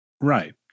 Right